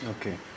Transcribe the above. okay